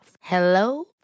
Hello